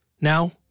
Now